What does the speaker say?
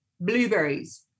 blueberries